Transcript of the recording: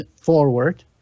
forward